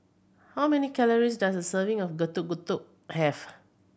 how many calories does a serving of Getuk Getuk have